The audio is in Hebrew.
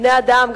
בני-אדם,